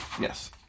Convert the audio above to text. Yes